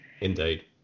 Indeed